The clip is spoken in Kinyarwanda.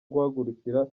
guhagurukira